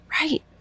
right